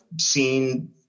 seen